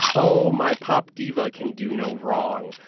oh, my pop diva can do no wrong,